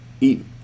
Eat